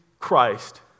Christ